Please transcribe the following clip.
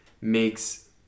makes